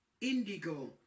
Indigo